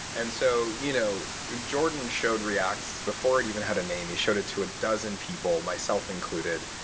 and so you know ah jordan showed react before it even had a name, he showed it to a dozen people, myself included,